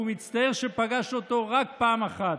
והוא מצטער שפגש אותו רק פעם אחת.